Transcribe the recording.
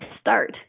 start